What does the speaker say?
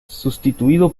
sustituido